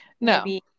no